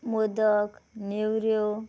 मोदक नेवऱ्यो